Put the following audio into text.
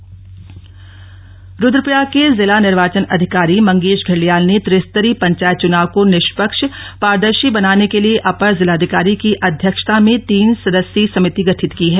रूद्रप्रयाग पंचायत चुनाव रूद्रप्रयाग के जिला निर्वाचन अधिकारी मंगेश घिल्डियाल ने त्रिस्तरीय पंचायत चुनाव को निष्पक्ष पारदर्शी बनाने के लिए अपर जिलाधिकारी की अध्यक्षता में तीन सदस्यीय समिति गिठत की है